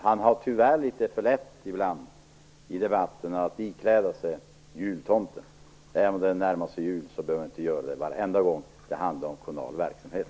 Han har tyvärr litet för lätt för att ibland i debatten ikläda sig jultomtens kostym. Även om vi närmar oss jul behöver han inte göra det varenda gång det handlar om kommunal verksamhet.